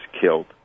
killed